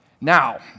Now